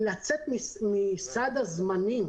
לצאת מצד הזמנים